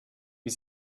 wie